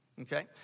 Okay